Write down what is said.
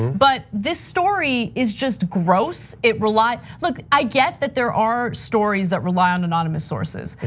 but this story is just gross, it rely, look, i get that there are stories that rely on anonymous sources.